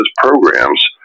programs